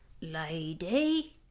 Lady